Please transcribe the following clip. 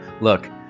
look